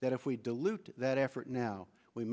that if we dilute that effort now we